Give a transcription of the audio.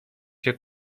się